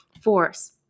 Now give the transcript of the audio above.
force